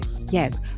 Yes